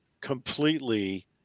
completely